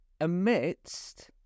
amidst